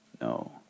no